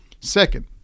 Second